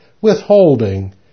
withholding